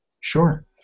Sure